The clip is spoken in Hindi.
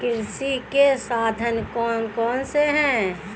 कृषि के साधन कौन कौन से हैं?